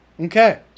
Okay